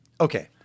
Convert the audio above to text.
Okay